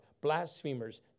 blasphemers